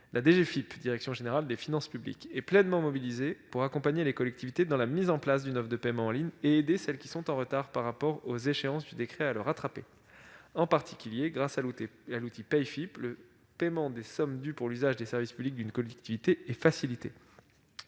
La direction générale des finances publiques, la DGFiP, est pleinement mobilisée pour accompagner les collectivités dans la mise en place d'une offre de paiement en ligne et pour aider celles qui sont en retard par rapport aux échéances du décret. Grâce à l'outil PayFiP, le paiement des sommes dues pour l'usage des services publics d'une collectivité est facilité.